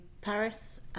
Paris